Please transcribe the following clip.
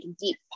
deep